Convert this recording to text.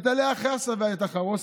את עלי החסה ואת החרוסת,